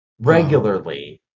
regularly